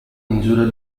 misura